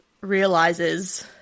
realizes